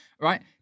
right